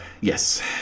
yes